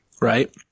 right